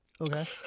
okay